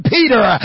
Peter